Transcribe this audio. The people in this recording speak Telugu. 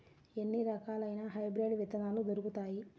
ఎన్ని రకాలయిన హైబ్రిడ్ విత్తనాలు దొరుకుతాయి?